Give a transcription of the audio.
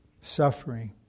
suffering